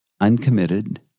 uncommitted